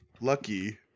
lucky